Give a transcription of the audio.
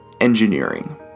engineering